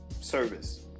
service